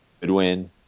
Goodwin